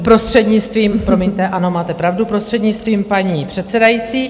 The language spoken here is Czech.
Prostřednictvím, promiňte, ano, máte pravdu, prostřednictvím paní předsedající.